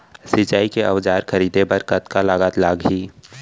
सिंचाई के औजार खरीदे बर कतका लागत लागही?